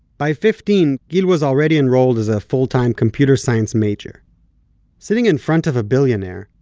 by fifteen, gil was already enrolled as a full-time computer science major sitting in front of a billionaire,